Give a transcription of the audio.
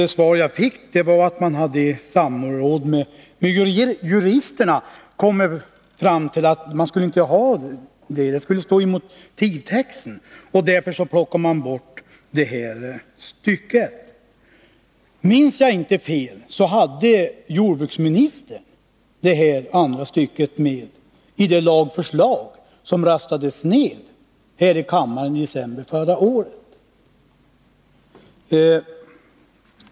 Det svar jag fick var att man i samråd med juristerna kommit fram till att detta stycke inte skulle vara med utan stå i motivtexten. Därför plockade man bort detta stycke. Minns jag inte fel hade jordbruksministern detta andra stycke med i det lagförslag som röstades ned i kammaren i december förra året.